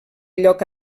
lloc